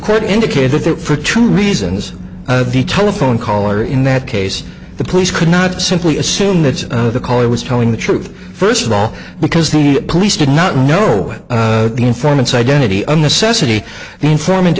court indicated that for two reasons the telephone call or in that case the police could not simply assume that the caller was telling the truth first of all because the police did not know the informants identity of the sesame the informant